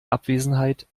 abwesenheit